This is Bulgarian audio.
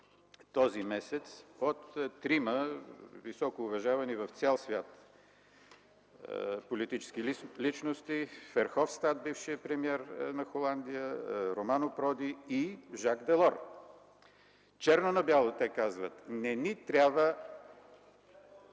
този месец, от трима високо уважавани в цял свят политически личности – Ферховстат – бившият премиер на Холандия, Романо Проди и Жак Делор. Черно на бяло те казват: „Не ни трябва...: